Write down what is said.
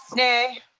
nay.